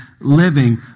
living